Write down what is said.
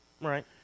Right